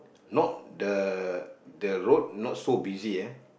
not the the road not so busy eh